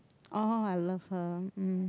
oh I love her mm